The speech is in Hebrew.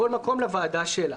כל נושא לוועדה שלו.